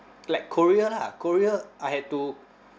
like korea lah korea I had to